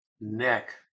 neck